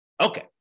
Okay